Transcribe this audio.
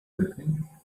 missing